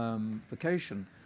Vacation